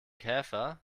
käfer